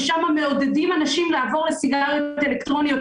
על כך ששם מעודדים אנשים לעבור לסיגריות אלקטרוניות,